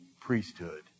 priesthood